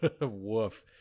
woof